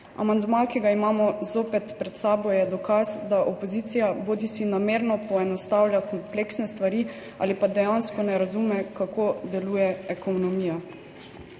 Amandma, ki ga imamo zopet pred sabo, je dokaz, da opozicija bodisi namerno poenostavlja kompleksne stvari ali pa dejansko ne razume, kako deluje ekonomija.